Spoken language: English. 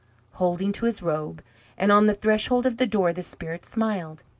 holding to his robe and on the threshold of the door the spirit smiled,